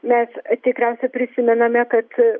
mes tikriausiai prisimename kad